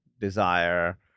desire